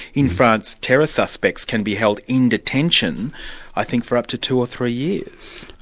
in france, terror suspects can be held in detention i think for up to two or three years?